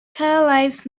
catalysts